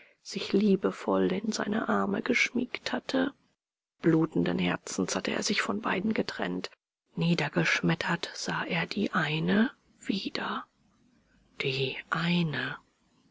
sich liebevoll in seine arme geschmiegt hatte blutenden herzens hatte er sich von beiden getrennt niedergeschmettert sah er die eine wieder die eine